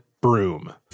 broom